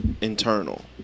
Internal